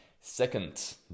Second